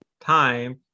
time